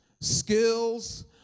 skills